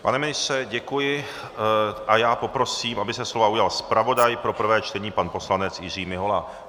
Pane ministře, děkuji, a poprosím, aby se slova ujal zpravodaj pro prvé čtení pan poslanec Jiří Mihola.